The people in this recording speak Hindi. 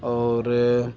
और